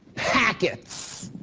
packets